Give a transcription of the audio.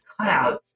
cutouts